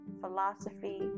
philosophy